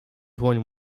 dłoń